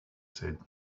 said